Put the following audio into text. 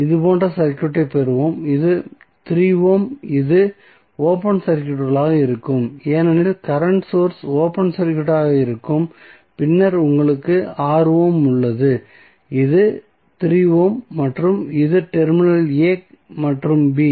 இது போன்ற சர்க்யூட்டைப் பெறுவோம் இது 3 ஓம் இது ஓபன் சர்க்யூட்களாக இருக்கும் ஏனெனில் கரண்ட் சோர்ஸ் ஓபன் சர்க்யூட்களாக இருக்கும் பின்னர் உங்களுக்கு 6 ஓம் உள்ளது இது 3 ஓம் மற்றும் இது டெர்மினல் a மற்றும் b